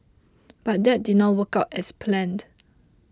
but that did not work out as planned